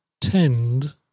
tend